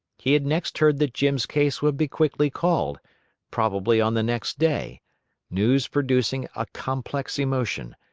he had next heard that jim's case would be quickly called probably on the next day news producing a complex emotion,